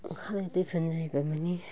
खालाय दैफोन जायोब्ला मानि